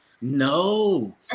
No